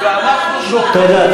השאלה היא מה העלות, תודה.